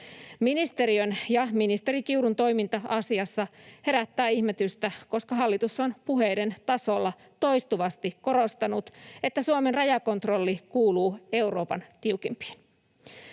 Ministeriön ja ministeri Kiurun toiminta asiassa herättää ihmetystä, koska hallitus on puheiden tasolla toistuvasti korostanut, että Suomen rajakontrolli kuuluu Euroopan tiukimpiin.